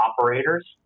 operators